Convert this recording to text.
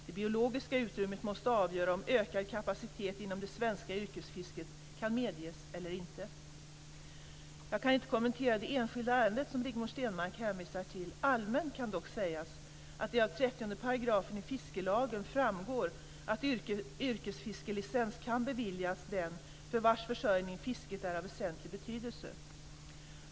Det biologiska utrymmet måste avgöra om ökad kapacitet inom det svenska yrkesfisket kan medges eller inte. Jag kan inte kommentera det enskilda ärende som Rigmor Stenmark hänvisar till. Allmänt kan dock sägas att det av 30 § fiskelagen framgår att yrkesfiskelicens kan beviljas den för vars försörjning fisket är av väsentlig betydelse.